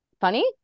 funny